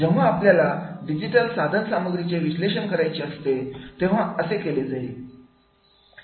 जेव्हा आपल्याला डिजिटल साधन सामग्रीचे विश्लेषण करायचे असते तेव्हा ते कसे केले जाईल